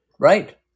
Right